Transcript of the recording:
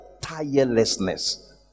tirelessness